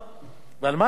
ועל מה אנחנו מדברים?